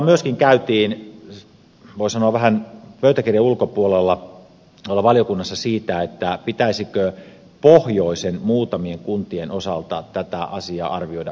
myöskin käytiin keskustelua voi sanoa vähän pöytäkirjan ulkopuolella valiokunnassa siitä pitäisikö muutamien pohjoisen kuntien osalta tätä asiaa arvioida uudelleen